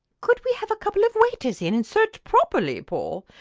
could we have a couple of waiters in and search properly, paul?